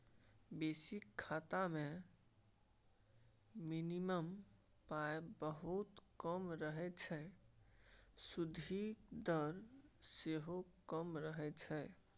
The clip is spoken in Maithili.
बेसिक खाता मे मिनिमम पाइ बहुत कम रहय छै सुदिक दर सेहो कम रहय छै